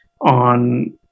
on